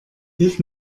hilf